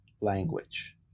language